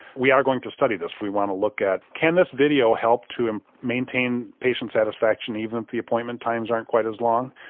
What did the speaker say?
we are going to study this we want to look at can this video help to maintain patient satisfaction even if the appointment times aren't quite as long.